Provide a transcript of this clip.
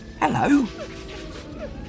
Hello